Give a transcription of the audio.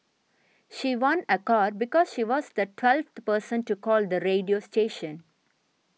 she won a car because she was the twelfth person to call the radio station